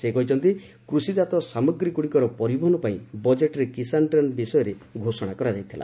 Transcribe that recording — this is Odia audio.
ସେ କହିଛନ୍ତି କୃଷିଜାତ ସାମଗ୍ରୀଗୁଡ଼ିକର ପରିବହନ ପାଇଁ ବଜେଟ୍ରେ କିଶାନ୍ ଟ୍ରେନ୍ ବିଷୟରେ ଘୋଷଣା କରାଯାଇଥିଲା